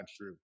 true